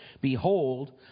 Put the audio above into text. Behold